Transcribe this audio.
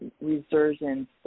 resurgence